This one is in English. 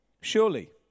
Surely